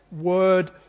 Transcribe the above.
word